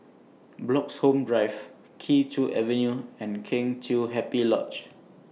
Bloxhome Drive Kee Choe Avenue and Kheng Chiu Happy Lodge